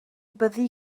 byddi